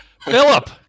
Philip